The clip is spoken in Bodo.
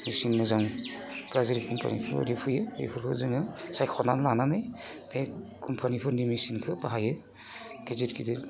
मेसिन मोजां गाज्रि कम्फानि बेफोरबायदि फैयो बेफोरखौ जोङो सायख'नानै लानानै बे कम्फानिफोरनि मेसिनखौ बाहायो गिदिर गिदिर